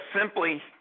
simply